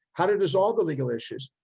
how to dissolve the legal issues,